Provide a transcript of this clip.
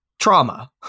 trauma